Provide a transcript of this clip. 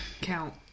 count